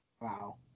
Wow